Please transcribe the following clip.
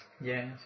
yes